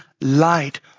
light